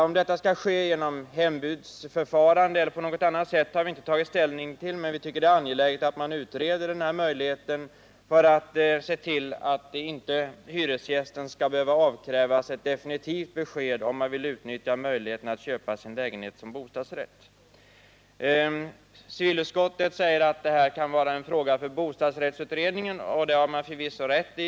Om detta skall ske genom hembudsförfarande eller på något annat sätt har vi inte tagit ställning till, men vi tycker att det är angeläget att man utreder frågan, så att man kan se till att inte hyresgästen måste avkrävas ett definitivt besked om han vill utnyttja möjligheten att köpa sin lägenhet som bostadsrätt. Civilutskottet säger att detta kan vara en fråga för bostadsrättsutredningen. Det har man förvisso rätt i.